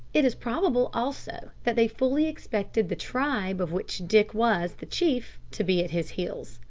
it is probable, also, that they fully expected the tribe of which dick was the chief to be at his heels.